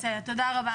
תודה רבה.